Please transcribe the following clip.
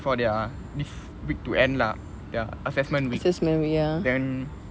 for their this week to end lah their assessment week then